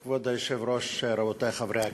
כבוד היושב-ראש, רבותי חברי הכנסת,